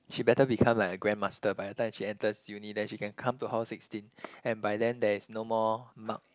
she better become like a grand master by the time she enters uni then she can come to hall sixteen and by then there is no more mark